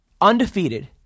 Undefeated